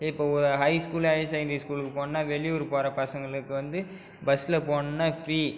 இப்போ ஒரு high school higher secondary ஸ்கூலுக்கு போகணுன்னா வெளியூர் போகிற பசங்களுக்கு வந்து பஸ்ஸில் போகணுன்னா ஃப்ரீ